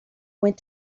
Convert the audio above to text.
went